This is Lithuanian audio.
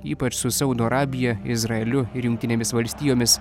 ypač su saudo arabija izraeliu ir jungtinėmis valstijomis